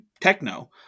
techno